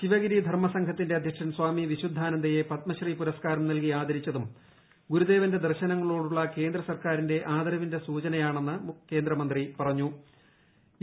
ശിവിശി ധർമ്മസംഘത്തിന്റെ അധ്യക്ഷൻ സ്വാമി വിശുദ്ധാനന്ദിയ് പത്മശ്രീ പുരസ്കാരം നൽകി ആദരിച്ചതും ഗുരുദേവന്റെ ദർശനങ്ങളോടുള്ള കേന്ദ്ര സർക്കാരിന്റെ ആദരവിന്റെ സൂചനകളാണെന്നും കേന്ദ്രമന്ത്രി മാടമൺ പറഞ്ഞു